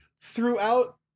throughout